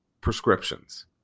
prescriptions